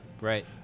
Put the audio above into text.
Right